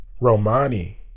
Romani